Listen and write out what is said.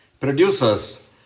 Producers